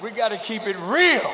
we gotta keep it real